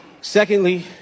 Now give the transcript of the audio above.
Secondly